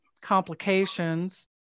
complications